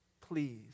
Please